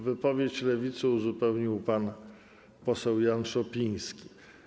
Wypowiedź Lewicy uzupełnił pan poseł Jan Szopiński.